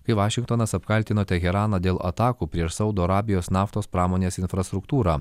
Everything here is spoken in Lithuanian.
kai vašingtonas apkaltino teheraną dėl atakų prieš saudo arabijos naftos pramonės infrastruktūrą